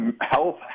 health